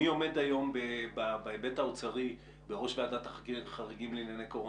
מי עומד היום בהיבט האוצרי בראש ועדת החריגים לענייני קורונה,